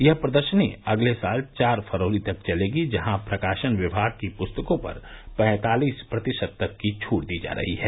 यह प्रदर्शनी अगले साल चार फरवरी तक चलेगी जहां प्रकाशन विमाग की पुस्तकों पर पैतालीस प्रतिशत तक की छूट दी जा रही है